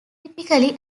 typically